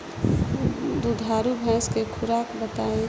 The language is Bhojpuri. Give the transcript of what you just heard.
दुधारू भैंस के खुराक बताई?